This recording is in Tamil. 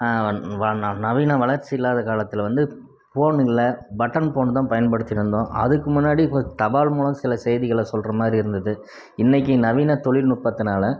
நவீன வளர்ச்சி இல்லாத காலத்தில் வந்து போனு இல்லை பட்டன் ஃபோனு தான் பயன்படுத்தி வந்தோம் அதுக்கு முன்னாடி வந்து தபால் மூலம் சில செய்திகளை சொல்கிற மாதிரி இருந்தது இன்னிக்கி நவீன தொழில் நுட்பத்தினால